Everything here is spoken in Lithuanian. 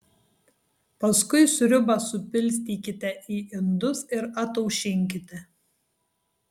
paskui sriubą supilstykite į indus ir ataušinkite